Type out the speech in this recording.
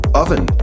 oven